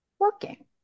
working